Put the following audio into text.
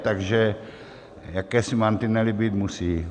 Takže jakési mantinely být musí.